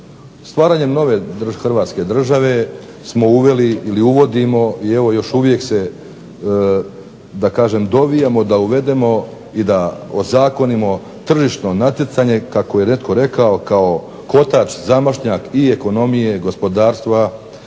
Stvaranjem nove hrvatske države smo uveli, ili uvodimo, i evo još uvijek se da kažem dovijamo da uvedemo i da ozakonimo tržišno natjecanje kako je netko rekao kao kotač zamašnjak i ekonomije, gospodarstva,